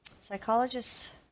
psychologists